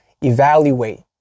evaluate